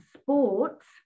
sports